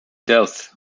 depths